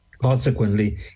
Consequently